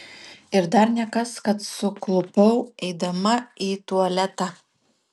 ir dar nekas kad suklupau eidama į tualetą